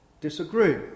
disagree